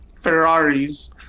Ferraris